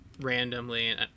randomly